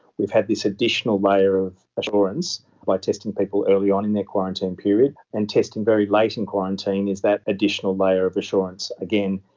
we've had this additional layer of assurance by testing people early on in their quarantine period and testing very late in quarantine, is that additional layer of assurance. again,